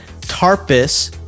Tarpus